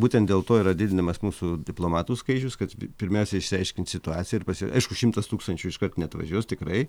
būtent dėl to yra didinamas mūsų diplomatų skaičius kad pirmiausia išsiaiškint situaciją ir pasi aišku šimtas tūkstančių iškart neatvažiuos tikrai